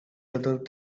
other